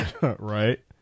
Right